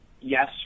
yes